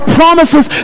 promises